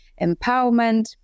empowerment